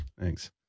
Thanks